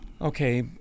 okay